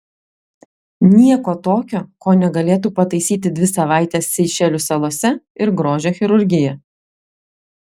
nieko tokio ko negalėtų pataisyti dvi savaitės seišelių salose ir grožio chirurgija